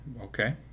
Okay